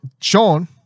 Sean